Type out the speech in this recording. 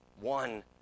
one